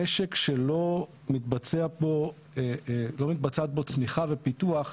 שמשק שלא מתבצעת בו צמיחה ופיתוח,